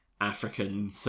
African